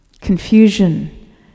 Confusion